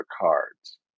cards